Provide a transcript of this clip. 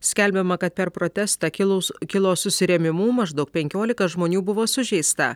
skelbiama kad per protestą kilus kilo susirėmimų maždaug penkiolika žmonių buvo sužeista